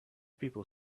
people